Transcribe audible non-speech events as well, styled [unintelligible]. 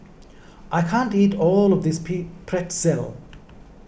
I can't eat all of this [unintelligible] Pretzel